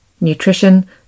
nutrition